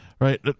right